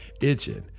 itching